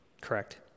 Correct